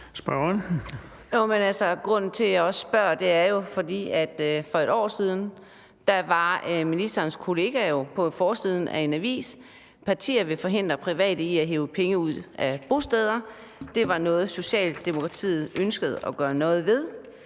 Grunden til, at jeg spørger, er jo, at for et år siden var ministerens kollega på forsiden af en avis, hvor der stod: Partier vil forhindre private i at hive penge ud af bosteder. Det var noget, Socialdemokratiet ønskede at gøre noget ved,